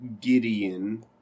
Gideon